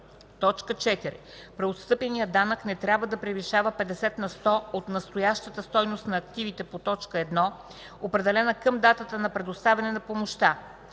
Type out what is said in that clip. така: „4. преотстъпеният данък не трябва да превишава 50 на сто от настоящата стойност на активите по т. 1, определена към датата на предоставяне на помощта;